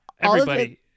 everybody-